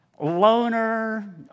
loner